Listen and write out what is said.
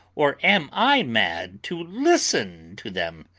or am i mad to listen to them?